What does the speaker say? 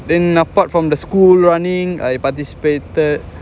then apart from the school running I participated